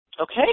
okay